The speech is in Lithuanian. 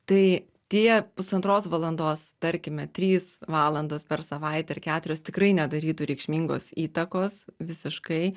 tai tie pusantros valandos tarkime trys valandos per savaitę ar keturios tikrai nedarytų reikšmingos įtakos visiškai